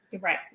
Right